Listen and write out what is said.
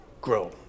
grow